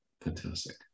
fantastic